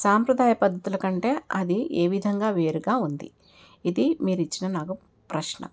సాంప్రదాయ పద్ధతులు కంటే అది ఏ విధంగా వేరుగా ఉంది ఇది మీరు ఇచ్చిన నాకు ప్రశ్న